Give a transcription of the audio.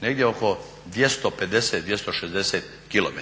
negdje oko 250, 260 km.